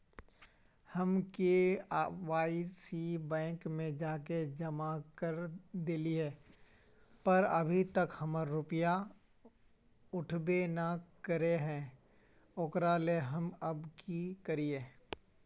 हम KYC bank में जाके जमा कर देलिए पर अभी तक हमर रुपया उठबे न करे है ओकरा ला हम अब की करिए?